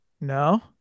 No